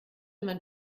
man